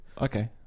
Okay